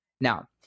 Now